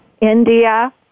India